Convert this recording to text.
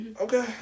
Okay